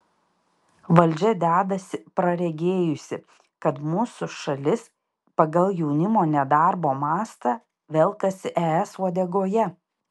valdžia dedasi praregėjusi kad mūsų šalis pagal jaunimo nedarbo mastą velkasi es uodegoje